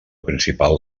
principal